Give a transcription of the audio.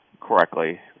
correctly